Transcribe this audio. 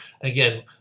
Again